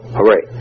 Hooray